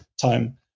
time